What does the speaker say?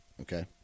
Okay